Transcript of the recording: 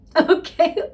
Okay